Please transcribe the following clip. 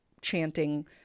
chanting